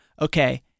okay